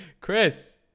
Chris